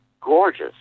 gorgeous